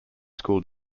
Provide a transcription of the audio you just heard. school